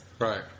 Right